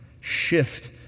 shift